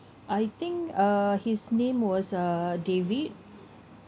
I think uh his name was uh david